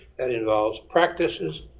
that involves practices,